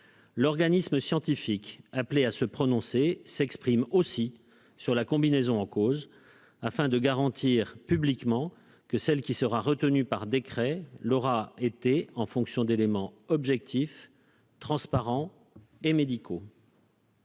l'organisme scientifique, appelés à se prononcer, s'exprime aussi sur la combinaison en cause afin de garantir publiquement que celle qui sera retenue par décret l'aura été en fonction d'éléments objectifs, transparents et médicaux.